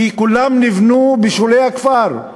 כי כולם נבנו בשולי הכפר.